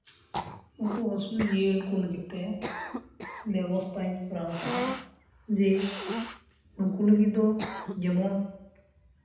ᱩᱱᱠᱩ ᱟᱹᱥᱩᱞ ᱡᱤᱭᱟᱹᱞᱤ ᱠᱚ ᱞᱟᱹᱜᱤᱫ ᱛᱮ ᱵᱮᱵᱚᱥᱛᱟᱧ ᱠᱚᱨᱟᱣ ᱠᱟᱜᱼᱟ ᱡᱮ ᱩᱱᱠᱩ ᱞᱟᱹᱜᱤᱫ ᱫᱚ ᱡᱮᱢᱚᱱ